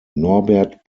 norbert